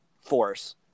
force